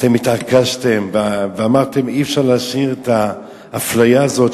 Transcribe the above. אתם התעקשתם ואמרתם: אי-אפשר להשאיר את האפליה הזאת,